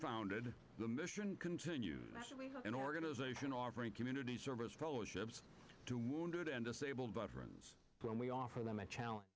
founded the mission continues an organization offering community service fellowships to wounded and disabled veterans when we offer them a challenge